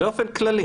באופן כללי